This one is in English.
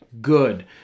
good